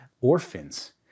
orphans